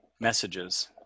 messages